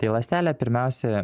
tai ląstelė pirmiausia